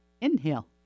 inhale